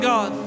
God